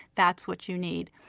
that's what you need.